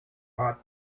pot